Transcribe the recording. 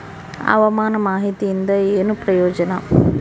ಹವಾಮಾನ ಮಾಹಿತಿಯಿಂದ ಏನು ಪ್ರಯೋಜನ?